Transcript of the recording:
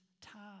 time